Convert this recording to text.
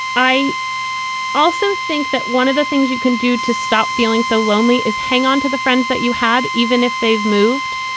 i also think that one of the things you can do to stop feeling so lonely is hang onto the friends that you had, even if they've moved.